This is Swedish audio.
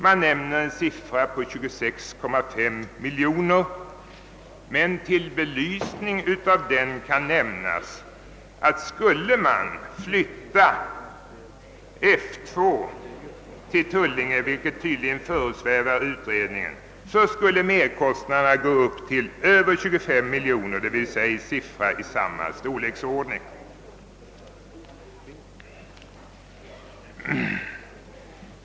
Den nämner en siffra på 26,5 miljoner kronor. För att belysa den kan nämnas att om man flyttar F 2 till Tullinge, vilket tydligen föresvävar utredningen, skulle merkostnaderna uppgå till över 25 miljoner kronor, d.v.s. en siffra i nästan samma storleksordning.